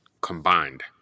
combined